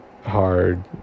hard